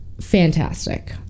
fantastic